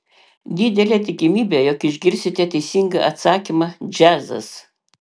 didelė tikimybė jog išgirsite teisingą atsakymą džiazas